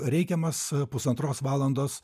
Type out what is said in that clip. reikiamas pusantros valandos